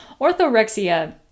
orthorexia